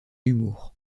humour